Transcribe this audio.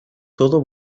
todo